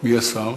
מי השר?